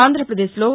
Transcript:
ఆంధ్రప్రదేశ్లో